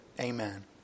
Amen